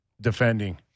defending